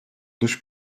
dış